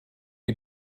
you